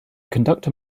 conductor